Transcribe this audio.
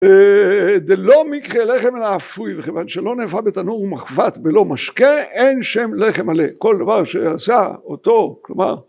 זה לא מקרה לחם לא אפוי וכיוון שלא נאפה בתנור ומחבט ולא משקה אין שם לחם מלא כל דבר שעשה אותו כלומר